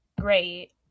Great